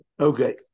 Okay